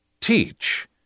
teach